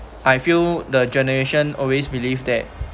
I feel the generation always believe that